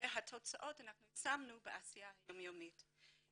ואת התוצאות יישמנו בעשייה היום יומית.